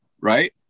right